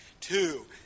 Two